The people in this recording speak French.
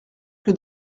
que